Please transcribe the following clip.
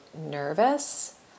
nervous